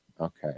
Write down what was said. Okay